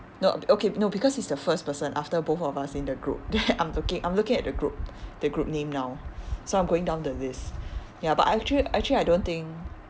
no okay no because he's the first person after both of us in the group then I'm looking I'm looking at the group the group name now so I'm going down the list ya but actually actually I don't think